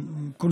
ראשית,